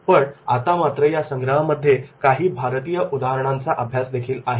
पण आता मात्र या संग्रहामध्ये काही भारतीय उदाहरणांचा अभ्यास देखील आहे